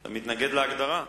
אתה מתנגד להגדרה?